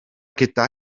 gyda